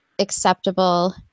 acceptable